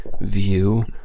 view